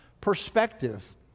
perspective